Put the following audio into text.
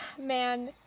man